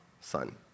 son